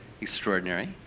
extraordinary